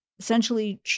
essentially